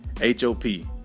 H-O-P